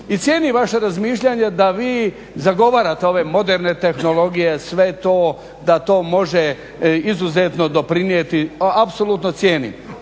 I cijenim vaše razmišljanje da vi zagovarate ove moderne tehnologije, sve to da to može izuzetno doprinijeti apsolutno cijenim.